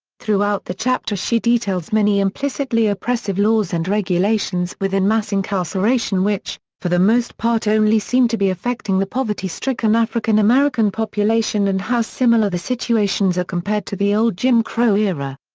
throughout the chapter she details many implicitly oppressive laws and regulations within mass incarceration which, for the most part only seem to be affecting the poverty-stricken african american population and how similar the situations are compared to the old jim crow era.